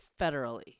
federally